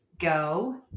go